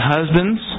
Husbands